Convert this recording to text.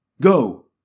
Go